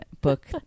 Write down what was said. book